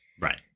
Right